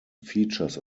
features